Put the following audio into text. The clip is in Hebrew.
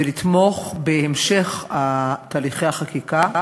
ולתמוך בהמשך תהליכי החקיקה,